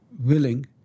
willing